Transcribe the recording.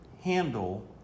handle